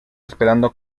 esperando